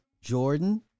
Jordan